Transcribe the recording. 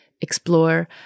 explore